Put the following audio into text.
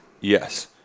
Yes